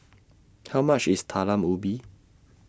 How much IS Talam Ubi